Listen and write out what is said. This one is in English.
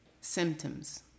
symptoms